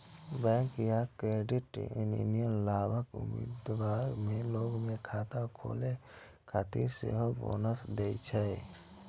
bank या credit union लाभक उम्मीद मे लोग कें खाता खोलै खातिर सेहो बोनस दै छै